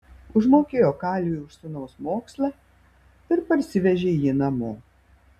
užmokėjo kalviui už sūnaus mokslą ir parsivežė jį namo